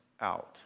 out